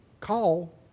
call